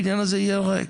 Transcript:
הבניין הזה יהיה ריק,